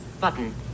Button